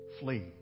flee